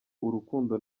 urukundo